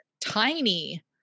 tiny